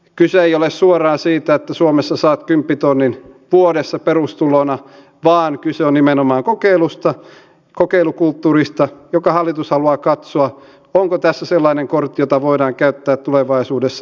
kyse ei ole suoraan siitä että suomessa saa kymppitonnin vuodessa perustulona vaan kyse on nimenomaan kokeilusta kokeilukulttuurista jossa hallitus haluaa katsoa onko tässä sellainen kortti jota voidaan käyttää tulevaisuudessa